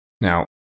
Now